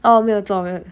oh 没有做没有